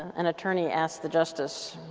an attorney asked the justice,